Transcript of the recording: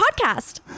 podcast